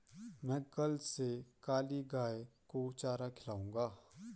मैं कल से काली गाय को चारा खिलाऊंगा